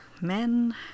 Men